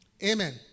Amen